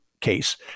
case